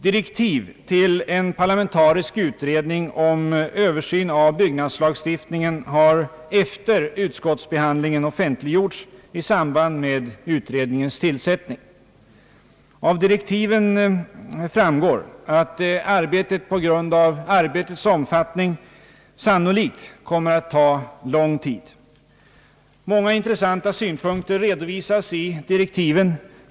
Direktiv till en parlamentarisk utredning om översyn av byggnadslagstiftningen har efter utskottsbehandlingen offentliggjorts i samband med utredningens tillsättande. Av direktiven framgår att arbetet på grund av sin omfattning sannolikt kommer att ta lång tid. Många intressanta synpunkter redovisas i direktiven.